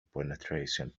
penetration